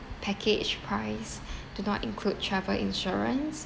package price do not include travel insurance